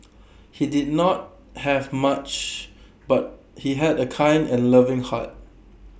he did not have much but he had A kind and loving heart